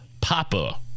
Papa